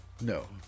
no